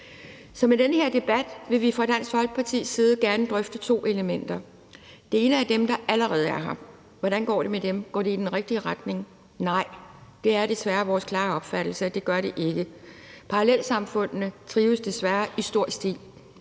Så med den her debat vil vi fra Dansk Folkepartis side gerne drøfte to elementer. Det ene er dem, der allerede er her: Hvordan går det med dem? Går det i den rigtige retning? Nej, det er desværre vores klare opfattelse, at det gør det ikke. Parallelsamfundene trives desværre i stor stil,